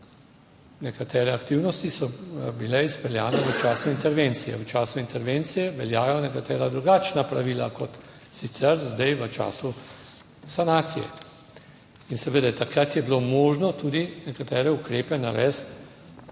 nekatere aktivnosti so bile izpeljane v času intervencije. V času intervencije veljajo nekatera drugačna pravila kot sicer zdaj v času sanacije in seveda takrat je bilo možno tudi nekatere ukrepe narediti